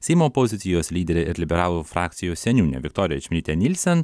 seimo opozicijos lyderė ir liberalų frakcijos seniūnė viktorija čmilytė nielsen